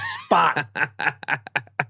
spot